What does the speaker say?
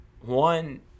One